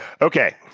Okay